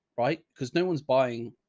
right? cause no one's buying.